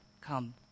come